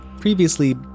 previously